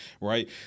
right